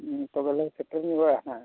ᱛᱚᱵᱮ ᱞᱤᱧ ᱥᱮᱴᱮᱨ ᱧᱚᱜᱚᱜᱼᱟ ᱦᱟᱸᱜ